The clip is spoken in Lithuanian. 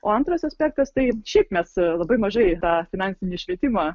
o antras aspektas tai šiaip mes labai mažai tą finansinį švietimą